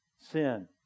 Sin